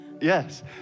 Yes